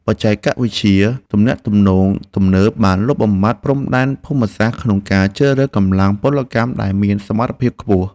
បច្ចេកវិទ្យាទំនាក់ទំនងទំនើបបានលុបបំបាត់ព្រំដែនភូមិសាស្ត្រក្នុងការជ្រើសរើសកម្លាំងពលកម្មដែលមានសមត្ថភាពខ្ពស់។